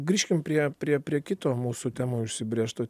grįžkim prie prie prie kito mūsų temoj užsibrėžto